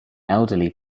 elderly